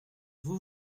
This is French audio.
vous